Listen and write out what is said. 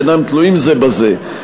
שאינם תלויים זה בזה,